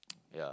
yeah